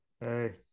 hey